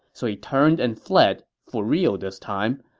so he turned and fled, for real this time.